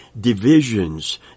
divisions